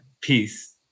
peace